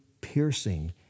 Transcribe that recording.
piercing